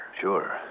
Sure